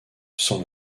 sans